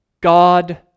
God